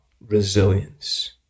resilience